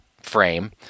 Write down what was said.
frame